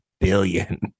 billion